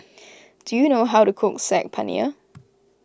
do you know how to cook Saag Paneer